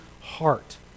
heart